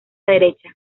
derecha